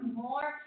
more